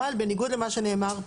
אבל בניגוד למה שנאמר פה,